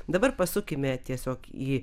dabar pasukime tiesiog į